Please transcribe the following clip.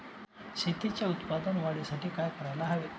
शेतीच्या उत्पादन वाढीसाठी काय करायला हवे?